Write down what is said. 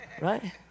Right